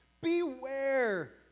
Beware